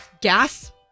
gas